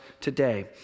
today